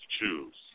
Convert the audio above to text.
choose